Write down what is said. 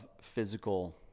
physical